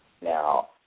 Now